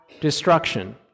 destruction